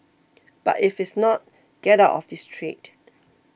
but if it's not get out of this trade